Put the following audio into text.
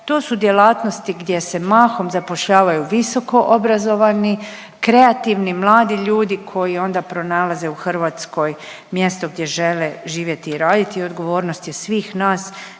to su djelatnosti gdje se mahom zapošljavaju visoko obrazovni, kreativni mladi ljudi koji onda pronalaze u Hrvatskoj mjesto gdje žele živjeti i raditi i odgovornost je svih nas